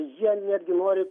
jie netgi nori